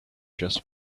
just